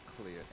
clear